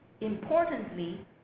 Importantly